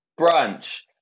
brunch